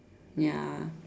ya